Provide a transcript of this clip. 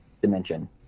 dimension